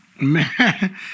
Man